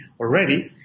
already